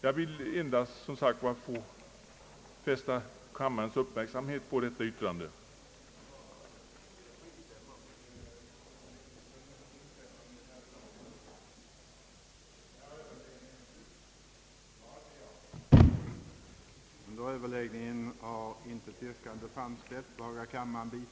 Jag vill som sagt endast fästa kammarens uppmärksamhet på detta särskilda yttrande.